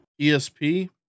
ESP